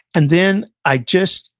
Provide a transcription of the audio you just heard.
and then, i just,